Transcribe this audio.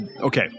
Okay